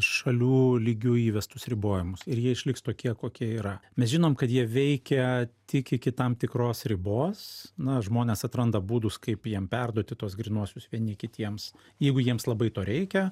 šalių lygių įvestus ribojimus ir jie išliks tokie kokie yra mes žinom kad jie veikia tik iki tam tikros ribos na žmonės atranda būdus kaip jiem perduoti tuos grynuosius vieni kitiems jeigu jiems labai to reikia